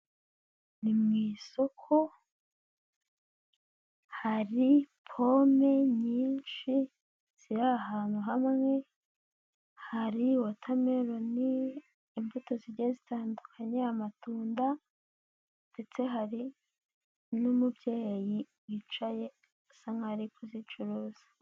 Ni mu isoko hari pome nyinshi ziri ahantu hamwe, hari watermelon, imbuto zigiye zitandukanye amatunda, ndetse hari n'umubyeyi wicaye asa nk'aho ari kuzicuruza.